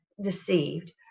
deceived